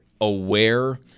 aware